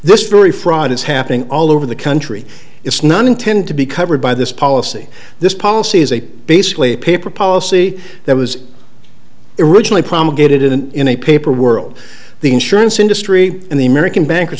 this story fraud is happening all over the country it's not intend to be covered by this policy this policy is a basically paper policy that was originally promulgated and in a paper world the insurance industry and the american bankers